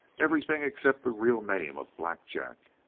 everything except the real name of black jack!